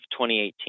2018